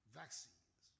vaccines